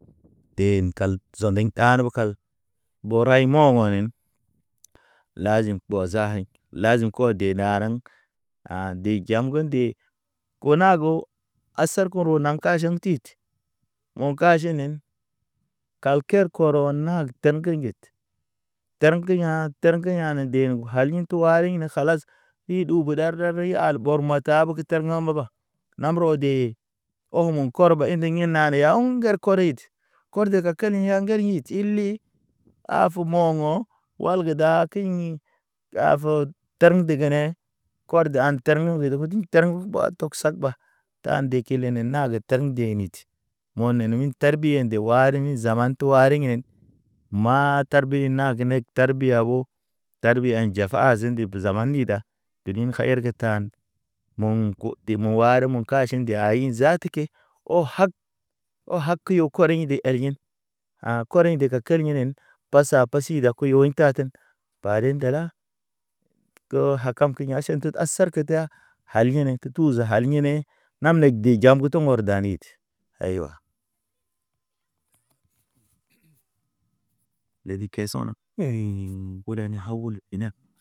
Deen kal zondik ɗa ne bo kal bɔ ray mo̰ ho̰ nen lazim ɓɔ za aɲ. Lazim ko de naraŋ A de jam ngode. Ko na go a sar koro naŋ kaʃen tit mo̰ ka jenen. Kalker koronal ter ŋgerget terŋge ya̰ terŋge ya̰ ne de o haliŋ tu wariŋ na kalas. I ɗuubu ɗar-ɗar i al bor mata taab ge tar ha̰ maba, nam rɔ dee, ɔgmu kɔrbɔ inde inanen ɲaw ŋger korit. Kor dega keliŋ ya̰ ŋger it ili, a fu mo̰ɲo̰ wal ge ɗa keyɲi. Ɗa fet, ter me dege ne kɔr de an ter ni zele kodi ter ɓa do tog sag ɓa. Ta nde kilenen na ge teg nde nit mo̰ nenemin tar biye nde wari zaman to hari hen. Maa tar bi nag neg tar biya ɓo tar biya njafa azen nde be zaman ni da, bedin ha herg tan. Moŋ ko te mu ware mu kaʃiŋ nde aɲin zaata ke, o hak. O hak kuyo kɔriŋ de erɲin ha̰ kɔriŋ de ka ker inen. Pasa pasi da koyo i taten paden ndala, goo hakem keɲa̰ aʃan tet a sar ke da, hali yene te tuzu hali yene. Nam ne de jambo da nit aywa, lebi ke sona olani haw ul bena.